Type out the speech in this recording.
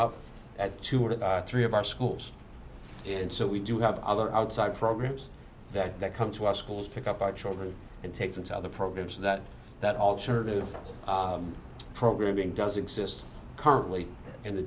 up at two or three of our schools and so we do have other outside programs that that come to our schools pick up our children and take them so the programs that that alternative programming does exist currently in the